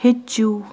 ہیٚچھِو